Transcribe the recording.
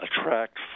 attract